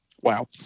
Wow